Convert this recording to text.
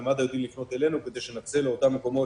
ומד"א יודעים לפנות אלינו כדי שנחזיר לאותם מקומות,